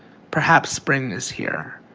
perhaps spring is here.